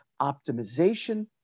optimization